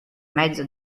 mezzo